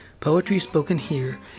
poetryspokenhere